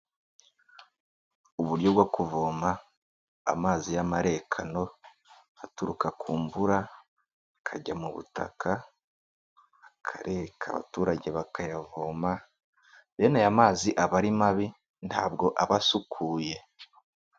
Uburyo bwo kuvoma amazi y'amarekano, aturuka ku mvura akajya mu butaka, akareka abaturage bakayavoma, bene aya mazi aba ari mabi ntabwo aba asukuye.